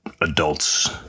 adults